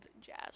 jazz